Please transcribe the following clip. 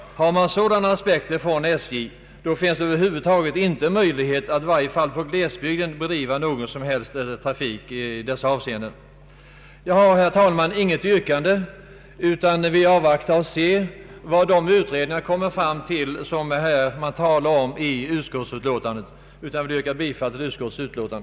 Med sådana åsikter från SJ finns det över huvud taget inte möjlighet att i varje fall på glesbygden driva någon sådan trafik. Jag har, herr talman, inget yrkande utan vill avvakta vad de utredningar som det talas om i utskottsutlåtandet kommer fram till. I övrigt yrkar jag bifall till utskottets förslag.